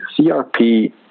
CRP